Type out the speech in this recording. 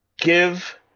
give